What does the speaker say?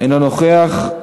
אינו נוכח.